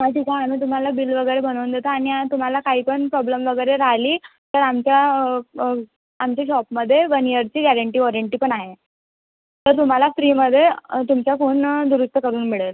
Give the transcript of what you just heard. aunty पाहा आम्ही तुम्हाला बील वगैरे बनवून देतो आणि तुम्हाला काही पण प्रॉब्लम वगैरे राहिली तर आमच्या आमच्या शॉपमध्ये वन इयरची गॅरंटी वॉरंटी पण आहे तर तुम्हाला फ्रीमध्ये तुमच्या फोन दुरुस्त करून मिळेल